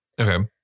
Okay